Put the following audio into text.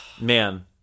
Man